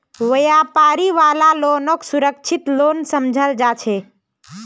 व्यापारी वाला लोनक सुरक्षित लोन समझाल जा छे